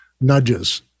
nudges